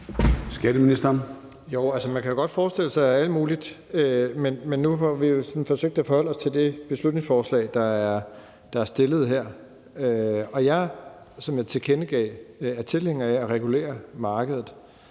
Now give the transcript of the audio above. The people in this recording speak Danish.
Skatteministeren (Jeppe Bruus): Man kan godt forestille sig alt muligt, men nu forsøgte vi at forholde os til det beslutningsforslag, der er fremsat her, og jeg er, som jeg tilkendegav, tilhænger af at regulere markedet.